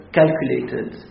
calculated